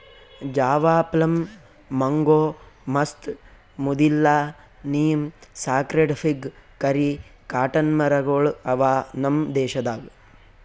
Java plum, mango, ಮಸ್ತ್, ಮುದಿಲ್ಲ, neem, sacred fig, ಕರಿ, ಕಾಟನ್ ಮರ ಗೊಳ್ ಅವಾ ನಮ್ ದೇಶದಾಗ್